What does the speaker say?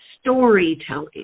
storytelling